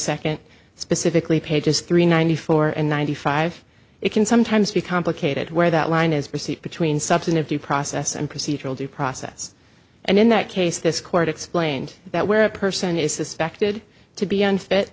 second specifically pages three ninety four and ninety five it can sometimes be complicated where that line is perceived between substantive due process and procedural due process and in that case this court explained that where a person is suspected to be unfit